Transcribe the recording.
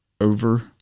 over